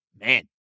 Man